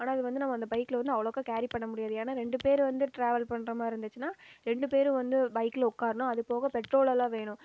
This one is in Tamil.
ஆனால் அது வந்து நம்ம அந்த பைக்கில் வந்து அவளோக்கு கேரி பண்ண முடியாது ஏன்னா ரெண்டு பேர் வந்து டிராவல் பண்ணுற மாரியிருந்துச்சின்னா ரெண்டு பேரும் வந்து பைக்கில் உக்காரணும் அது போக பெட்ரோலலாம் வேணும்